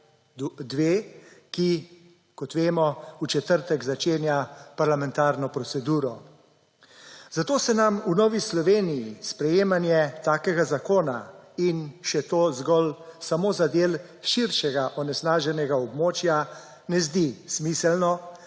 ki, kot vemo, v četrtek začenja parlamentarno proceduro. Zato se nam v Novi Sloveniji sprejemanje takega zakona, in še to zgolj samo za del širšega onesnaženega območja, ne zdi smiselno,